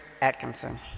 Atkinson